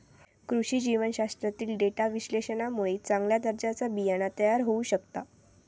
कृषी जीवशास्त्रातील डेटा विश्लेषणामुळे चांगल्या दर्जाचा बियाणा तयार होऊ शकता